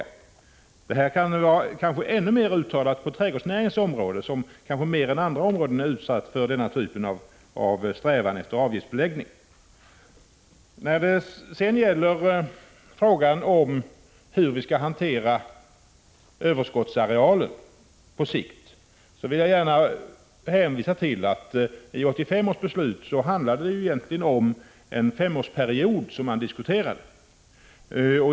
131 Det här är kanske ännu mer uttalat på trädgårdsnäringens område, som kanske mer än andra områden är utsatt för denna strävan efter avgiftsbeläggning. När det sedan gäller frågan hur vi på sikt skall hantera överskottsarealen vill jag gärna hänvisa till att det vid 1985 års beslut egentligen var en femårsperiod som diskuterades.